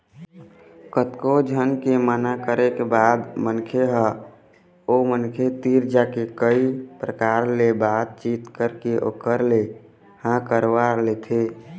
कतको झन के मना करे के बाद मनखे ह ओ मनखे तीर जाके कई परकार ले बात चीत करके ओखर ले हाँ करवा लेथे